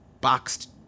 boxed